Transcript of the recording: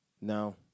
No